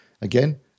again